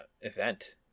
event